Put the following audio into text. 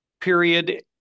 period